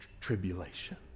tribulation